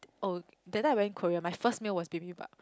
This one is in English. oh that time I went Korea my first meal was bibimbap